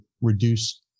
reduce